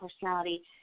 personality